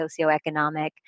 socioeconomic